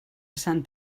sant